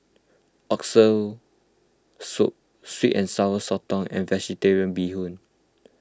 Oxtail Soup Sweet and Sour Sotong and Vegetarian Bee Hoon